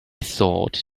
thought